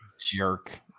Jerk